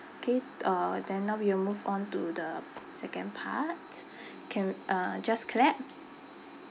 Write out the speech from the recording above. K uh then now we will move on to the second part can uh just clap